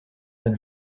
been